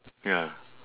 ya